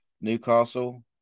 Newcastle